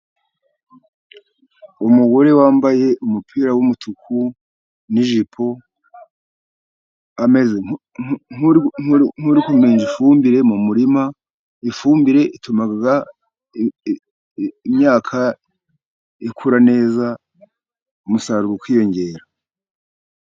Umugore wambaye umupira w'umutuku n'ijipo ameze nk'uri kuminja ifumbire mu murima, ifumbire ituma imyaka ikura neza, umusaruro ukiyongera.